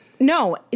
No